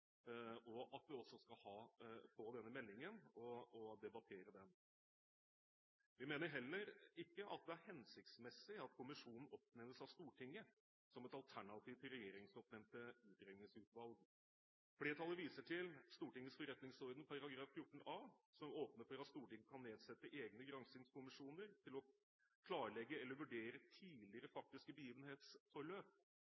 og vi også skal få denne meldingen og debattere den. Vi mener heller ikke at det er hensiktsmessig at kommisjonen oppnevnes av Stortinget som et alternativ til regjeringsoppnevnte utredningsutvalg. Flertallet viser til Stortingets forretningsordens § 14 a, som åpner for at Stortinget kan nedsette egne granskingskommisjoner til å klarlegge eller vurdere et tidligere